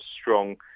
strong